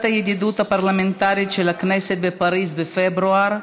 הידידות הפרלמנטרית של הכנסת בפריז בפברואר,